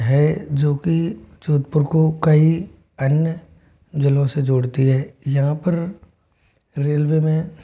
है जो कि जोधपुर को कई अन्य जिलों से जोड़ती है यहाँ पर रेलवे में